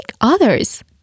others